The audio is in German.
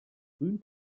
frühen